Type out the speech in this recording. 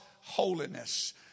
holiness